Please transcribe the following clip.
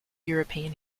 european